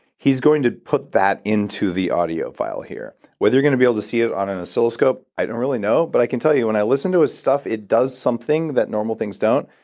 he's going to put that into the audio file here. whether you're going to be able to see it on an oscilloscope, i don't really know, but i can tell you when i listen to his stuff, it does something that normal things don't.